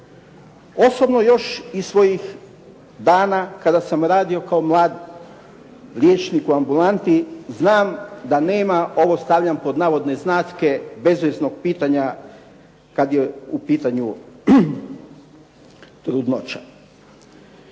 Osobno još iz svojih dana kada sam radio kao mlad liječnik u ambulanti znam da nema, ovo stavljam pod navodne znake, "bezveznog pitanja" kad je u pitanju trudnoća.